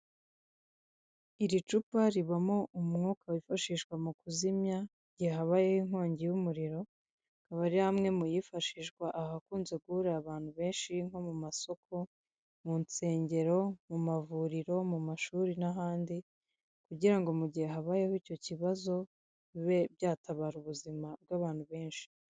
Iri cupa ribamo umwuka wifashishwa mu kuzimya igihe habayeho inkongi y'umuriro, akaba ari amwe muyifashishwa ahakunze guhurira abantu benshi nko mu masoko, mu nsengero, mu mavuriro, mu mashuri n'ahandi, kugira ngo mu gihe habayeho icyo kibazo, bibe byatabara ubuzima bw'abantu benshi.